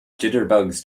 jitterbugs